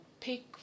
pick